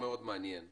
עוד דבר מעניין מאוד,